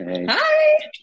Hi